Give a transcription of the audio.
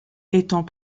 étant